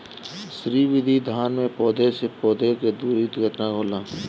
श्री विधि धान में पौधे से पौधे के दुरी केतना होला?